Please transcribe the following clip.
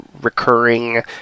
recurring